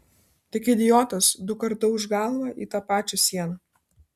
tik idiotas dukart dauš galvą į tą pačią sieną